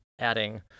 adding